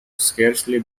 scarcely